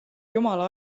jumala